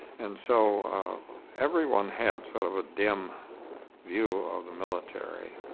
and so everyone had sort of a dim view of the military.